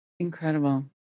Incredible